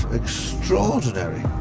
extraordinary